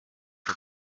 for